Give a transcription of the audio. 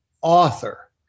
author